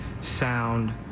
sound